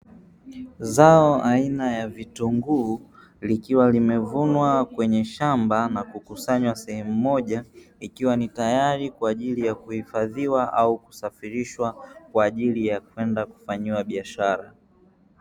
Zao aina ya vitunguu likiwa limevunwa kwenye shamba na kukusanywa sehemu moja ikiwa ni tayari kwa ajili ya kuhifadhiwa au kusafirishwa kwa ajili ya kwenda kufanyiwa biashara.